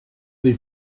dei